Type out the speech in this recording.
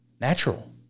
natural